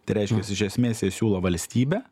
tai reiškias iš esmės jie siūlo valstybę